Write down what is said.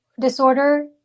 disorder